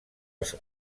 els